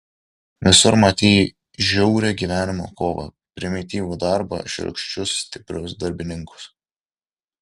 visur matei žiaurią gyvenimo kovą primityvų darbą šiurkščius stiprius darbininkus